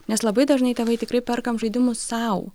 nes labai dažnai tėvai tikrai perkam žaidimus sau